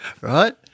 Right